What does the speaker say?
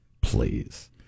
please